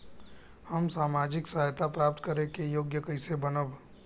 हम सामाजिक सहायता प्राप्त करे के योग्य कइसे बनब?